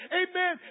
amen